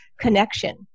connection